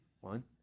One